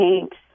Thanks